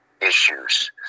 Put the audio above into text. issues